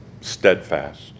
steadfast